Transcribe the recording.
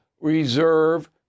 reserve